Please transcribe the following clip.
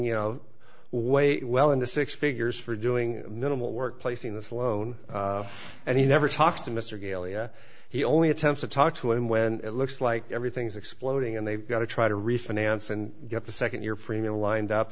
you know way well into six figures for doing minimal work placing this loan and he never talks to mr galea he only attempts to talk to him when it looks like everything's exploding and they've got to try to refinance and get the second your premium lined up